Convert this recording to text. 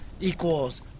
equals